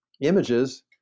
images